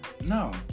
No